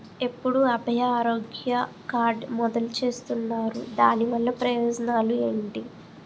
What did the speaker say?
ఎప్పుడు అభయ ఆరోగ్య కార్డ్ మొదలు చేస్తున్నారు? దాని వల్ల ప్రయోజనాలు ఎంటి?